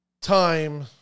time